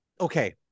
okay